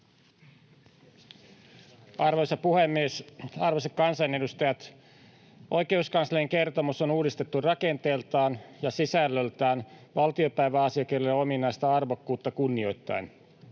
Arvoisa puhemies! Arvoisat kansanedustajat! Oikeuskanslerin kertomus on uudistettu rakenteeltaan ja sisällöltään valtiopäiväasiakirjoille ominaista arvokkuutta kunnioittaen.